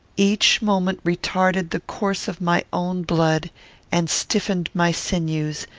each moment retarded the course of my own blood and stiffened my sinews,